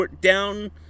down